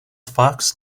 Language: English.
fox